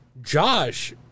Josh